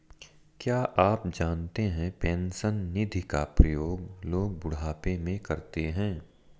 क्या आप जानते है पेंशन निधि का प्रयोग लोग बुढ़ापे में करते है?